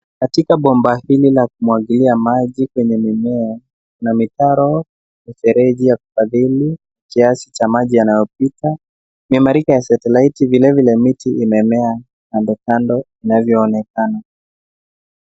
Katika bomba hili la kumwagilia maji kwenye mimea na mitaro ya ufereji ya kufadhili kiasi cha maji yanayopita ni marika ya satelaiti. Vilevile miti imemea kandokando inavyoonekana.